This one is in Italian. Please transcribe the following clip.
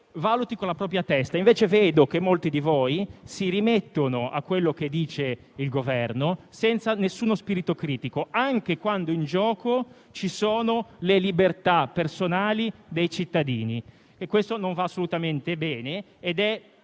valutandoli con la propria testa Al contrario, vedo che molti di voi si rimettono a ciò che dice il Governo senza alcuno spirito critico, anche quando in gioco ci sono le libertà personali dei cittadini. Ciò non va assolutamente bene